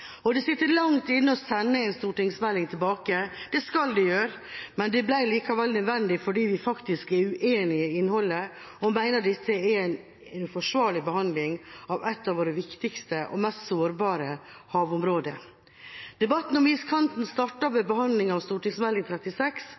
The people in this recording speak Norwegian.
Stortinget. Det sitter langt inne å sende en stortingsmelding tilbake, det skal det gjøre, men det ble likevel nødvendig fordi vi faktisk er uenige i innholdet og mener dette er en forsvarlig behandling av et av våre viktigste og mest sårbare havområder. Debatten om iskanten startet ved behandlinga av Meld. St. 36